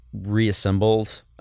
reassembled